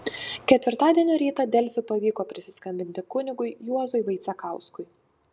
ketvirtadienio rytą delfi pavyko prisiskambinti kunigui juozui vaicekauskui